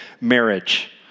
Marriage